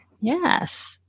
Yes